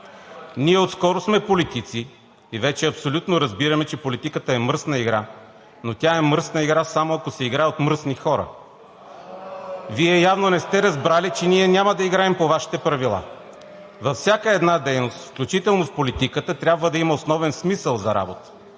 Ние отскоро сме политици и вече абсолютно разбираме, че политиката е мръсна игра, но тя е мръсна игра само ако се играе от мръсни хора. (Шум и реплики.) Вие явно не сте разбрали, че ние няма да играем по Вашите правила. Във всяка една дейност, включително в политиката, трябва да има основен смисъл за работа.